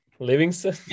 Livingston